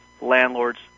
landlords